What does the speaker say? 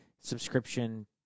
subscription